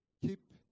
keep